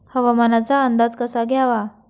हवामानाचा अंदाज कसा घ्यावा?